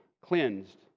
cleansed